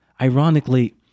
Ironically